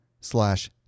slash